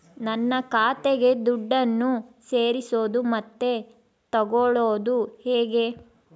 ನನ್ನ ಖಾತೆಗೆ ದುಡ್ಡನ್ನು ಸೇರಿಸೋದು ಮತ್ತೆ ತಗೊಳ್ಳೋದು ಹೇಗೆ?